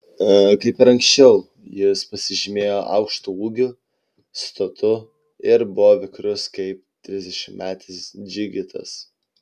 kaip ir anksčiau jis pasižymėjo aukštu ūgiu stotu ir buvo vikrus kaip trisdešimtmetis džigitas